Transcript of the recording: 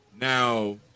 Now